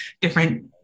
different